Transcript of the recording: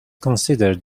considered